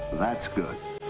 that's good.